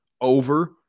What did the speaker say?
over